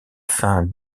fin